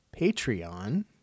Patreon